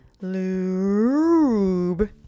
Lube